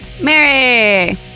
Mary